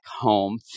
home